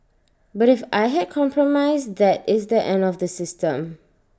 but if I had compromised that is the end of the system